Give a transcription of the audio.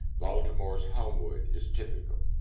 baltimore's homewood is typical.